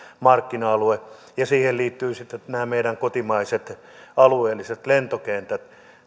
markkina alue siihen liittyvät sitten nämä meidän kotimaiset alueelliset lentokentät